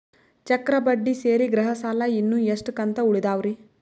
ಚಕ್ರ ಬಡ್ಡಿ ಸೇರಿ ಗೃಹ ಸಾಲ ಇನ್ನು ಎಷ್ಟ ಕಂತ ಉಳಿದಾವರಿ?